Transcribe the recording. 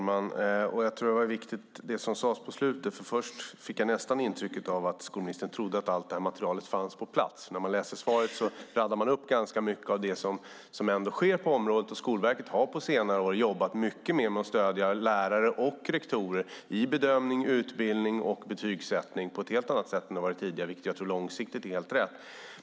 Fru talman! Först fick jag nästan intrycket att skolministern trodde att allt material fanns på plats. När man läser det skrivna svaret räknas där upp ganska mycket av det som sker på området. Skolverket har på senare år jobbat mycket mer med att stödja lärare och rektorer i bedömning, utbildning och betygssättning, på ett helt annat sätt än tidigare. Det tror jag långsiktigt är helt rätt.